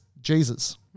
Jesus